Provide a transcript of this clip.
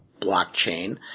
blockchain